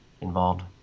involved